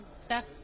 Steph